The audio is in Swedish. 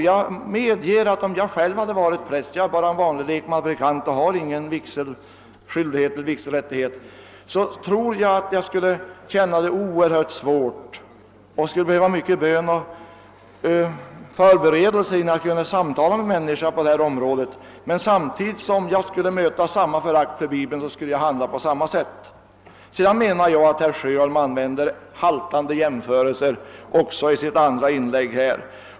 Jag medger att om jag varit präst — jag är bara en vanlig lekmannapredikant och har ingen vigselskyldighet eller vigselrätt — skulle jag ha upplevt det som oerhört svårt och ha behövt mycken bön och förberedelse innan jag skulle kunna samtala med människor i en sådan här situation. Om jag mötte samma förakt för Bibeln skulle jag handla på samma sätt som den präst jag talat om. Sedan anser jag att herr Sjöholm an vänder haltande jämförelser även i sitt andra inlägg.